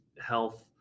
health